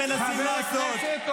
חברי הכנסת.